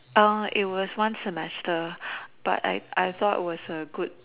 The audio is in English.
it was one semester but I I thought it was a good